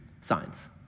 signs